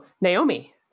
Naomi